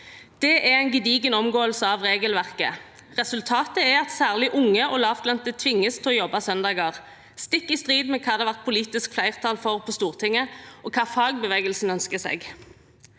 Det er en gedigen omgåelse av regelverket. Resultatet er at særlig unge og lavtlønte tvinges til å jobbe på søndager, stikk i strid med hva det har vært politisk flertall for på Stortinget, og hva fagbevegelsen ønsker seg.